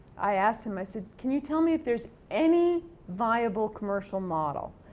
i asked him, i said, can you tell me if there's any viable commercial model.